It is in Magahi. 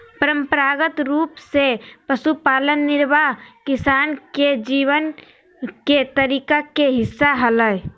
परंपरागत रूप से पशुपालन निर्वाह किसान के जीवन के तरीका के हिस्सा हलय